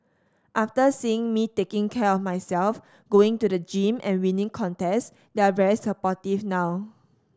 after seeing me taking care of myself going to the gym and winning contest they're very supportive now